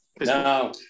No